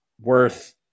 worth